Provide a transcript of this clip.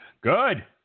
Good